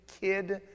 kid